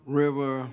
river